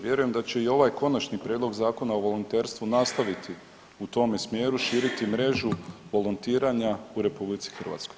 Vjerujem da će i ovaj Konačni prijedlog Zakona o volonterstvu nastaviti u tome smjeru širiti mrežu volontiranja u RH.